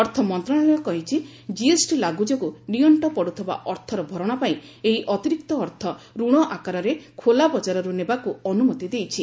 ଅର୍ଥମନ୍ତ୍ରଣାଳୟ କହିଛି ଜିଏସଟି ଲାଗୁ ଯୋଗୁଁ ନିଅଣ୍ଟ ପଡ଼ୁଥିବା ଅର୍ଥର ଭରଣା ପାଇଁ ଏହି ଅତିରିକ୍ତ ଅର୍ଥ ରଣ ଆକାରରେ ଖୋଲାବଜାରରୁ ନେବାକୁ ଅନୁମତି ଦେଇଛି